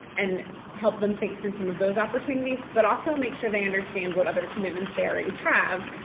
and help them think through some of those opportunities, but also make sure they understand what other commitments they already have,